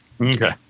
Okay